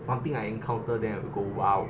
something I encountered then I have to go wild